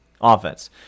offense